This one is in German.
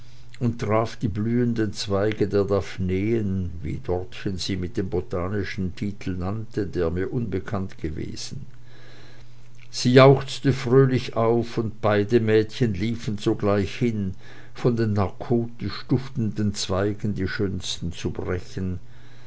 und traf die blühenden zweige der daphneen wie dortchen sie mit dem botanischen titel nannte der mir unbekannt gewesen sie jauchzte fröhlich auf und beide mädchen liefen sogleich hin von den narkotisch duftenden zweigen die schönsten zu brechen